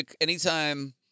anytime